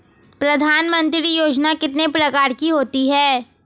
प्रधानमंत्री योजना कितने प्रकार की होती है?